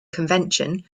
convention